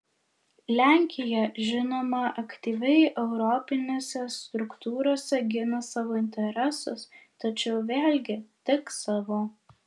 lenkija žinoma aktyviai europinėse struktūrose gina savo interesus tačiau vėlgi tik savo